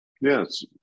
Yes